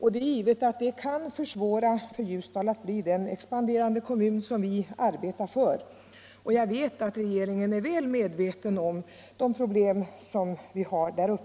och det är givet att detta kan försvåra för Ljusdal att bli den expanderande kommun som vi arbetar för — och jag vet att regeringen är väl medveten om de problem vi har.